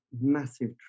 massive